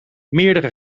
meerdere